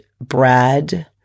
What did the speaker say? Brad